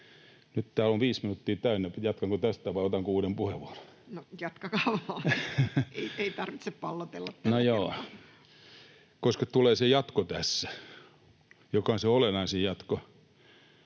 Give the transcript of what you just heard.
Nyt viisi minuuttia on täynnä. Jatkanko tästä vai otanko uuden puheenvuoron? No joo, koska tulee se jatko tässä, joka on se olennaisin jatko.